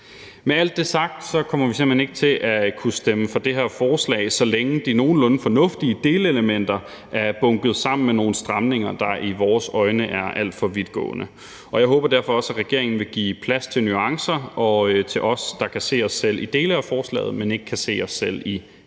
Med alt det sagt kommer vi simpelt hen ikke til at kunne stemme for det her forslag, så længe de nogenlunde fornuftige delelementer er bunket sammen med nogle stramninger, der i vores øjne er alt for vidtgående. Jeg håber derfor også, at regeringen vil give plads til nuancer og til os, der kan se os selv i dele af forslaget, men som ikke kan se os selv i hele